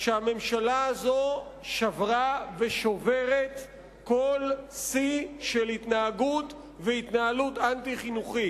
שהממשלה הזאת שברה ושוברת כל שיא של התנהגות והתנהלות אנטי-חינוכית,